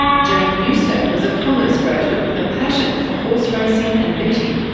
jake newstadt was a commerce graduate with a passion for horse racing and betting,